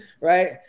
right